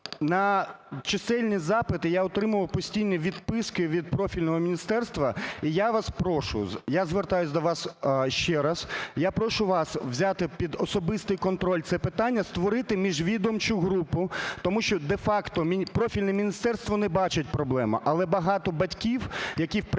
На чисельні запити я отримував постійні відписки від профільного міністерства. І я вас прошу, я звертаюсь до вас ще раз, я прошу вас взяти під особистий контроль це питання, створити міжвідомчу групу. Тому що де-факто профільне міністерство не бачить проблему, але багато батьків, які в прийомних